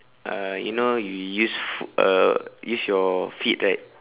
uh you know you use foo~ uh use your feet right